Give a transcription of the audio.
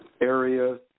area